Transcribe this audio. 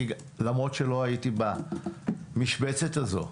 למרות שלא הייתי במשבצת הזו.